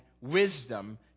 wisdom